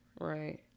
Right